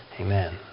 Amen